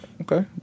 Okay